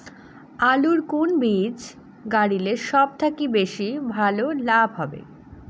আলুর কুন বীজ গারিলে সব থাকি বেশি লাভ হবে?